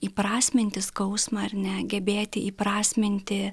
įprasminti skausmą ar ne gebėti įprasminti